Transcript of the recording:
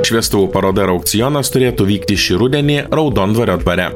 šviestuvų paroda ir aukcionas turėtų vykti šį rudenį raudondvario dvare